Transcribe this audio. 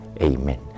Amen